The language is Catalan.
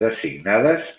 designades